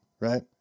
right